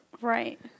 Right